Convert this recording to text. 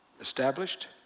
established